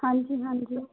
ਹਾਂਜੀ ਹਾਂਜੀ